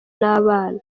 n’abana